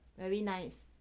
very nice